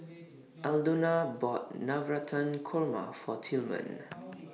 Aldona bought Navratan Korma For Tillman